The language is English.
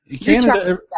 Canada